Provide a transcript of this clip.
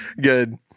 Good